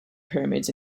pyramids